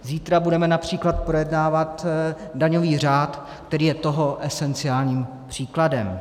Zítra budeme například projednávat daňový řád, který je toho esenciálním příkladem.